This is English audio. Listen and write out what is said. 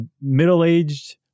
middle-aged